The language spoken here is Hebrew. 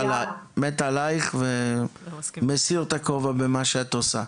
מת עלייך ומסיר את הכובע בפני מה שאת עושה.